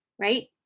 right